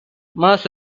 mass